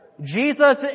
Jesus